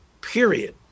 period